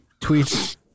tweets